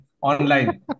online